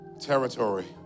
Territory